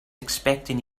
expecting